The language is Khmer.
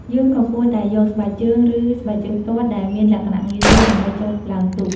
យើងក៏គួរតែយក ស្បែកជើង ឬស្បែកជើងផ្ទាត់ដែលមានលក្ខណៈងាយស្រួលដើម្បីចុះឡើងទូក។